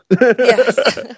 Yes